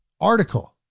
article